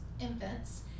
infants